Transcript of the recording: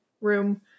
room